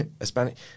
Spanish